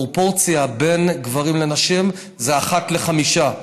הפרופורציה בין גברים לנשים היא 5:1,